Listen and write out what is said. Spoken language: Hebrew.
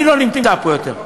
אני לא נמצא פה יותר.